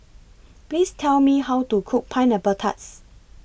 Please Tell Me How to Cook Pineapple Tart